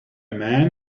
man